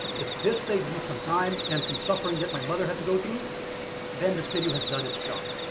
if this saves you some time and some suffering that my mother had to go through then this video has done its job.